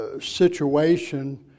situation